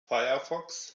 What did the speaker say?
firefox